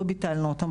לא ביטלנו אותן.